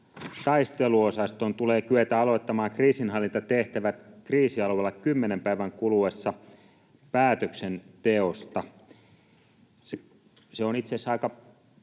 taisteluosaston tulee kyetä aloittamaan kriisinhallintatehtävät kriisialueella kymmenen päivän kuluessa päätöksenteosta. Se on itse asiassa aika